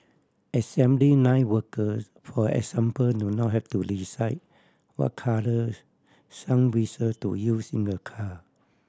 assembly line workers for example do not have to decide what colour sun visor to use in a car